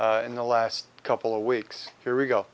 in the last couple of weeks here we go